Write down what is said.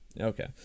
Okay